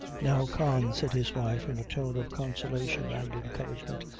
now, con, said his wife, in a tone of consolation and encouragement,